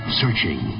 searching